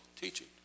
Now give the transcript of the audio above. teaching